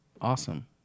awesome